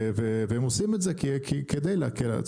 והם עושים את זה כדי להקל על עצמם,